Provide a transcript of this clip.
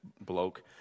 bloke